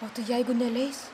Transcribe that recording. o jeigu neleis